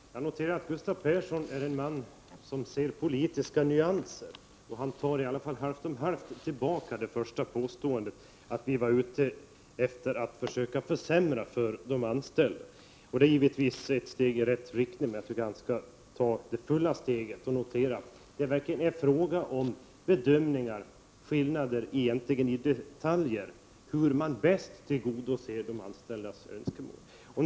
Fru talman! Jag noterar att Gustav Persson är en man som ser politiska nyanser. Han tog alla fall halvt om halvt tillbaka det första påståendet, att vi var ute efter att försöka försämra villkoren för de anställda. Det är givetvis ett litet steg i rätt riktning. Men jag tycker att han skall ta steget fullt ut och notera att det verkligen är fråga om skillnader i detaljer, skillnader i bedömningen av hur man bäst tillgodoser de anställdas önskemål.